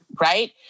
Right